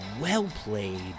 well-played